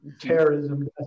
terrorism